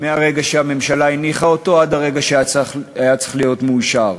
מהרגע שהממשלה הניחה אותו עד הרגע שהוא היה צריך להיות מאושר.